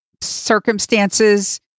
circumstances